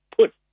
put